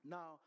Now